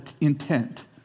intent